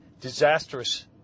disastrous